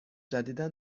جدیدا